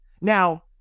now